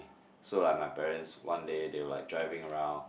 so like my parents one day they were like driving around